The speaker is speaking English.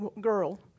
girl